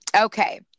Okay